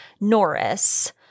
Norris